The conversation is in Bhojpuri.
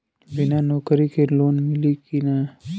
बिना नौकरी के लोन मिली कि ना?